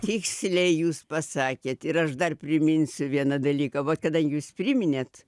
tiksliai jūs pasakėt ir aš dar priminsiu vieną dalyką va kada jūs priminėt